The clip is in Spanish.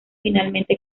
finalmente